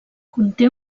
conté